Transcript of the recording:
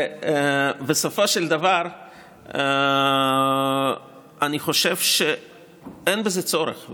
בסופו של דבר אני חושב שאין בזה צורך,